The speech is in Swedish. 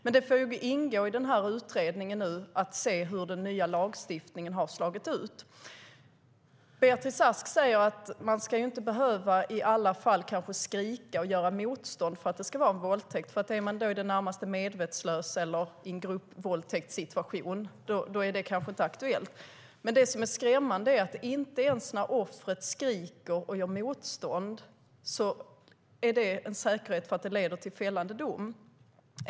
Men det får ingå i utredningen att se hur den nya lagstiftningen har slagit ut. Beatrice Ask säger att man inte i alla fall kanske ska behöva skrika och göra motstånd för att det ska vara en våldtänkt. Är man i det närmaste medvetslös eller i en gruppvåldtäktssituation är det kanske inte aktuellt. Men det som är skrämmande är att inte ens det faktum att offret skriker och gör motstånd utgör en säkerhet för att det leder till en fällande dom.